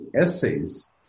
essays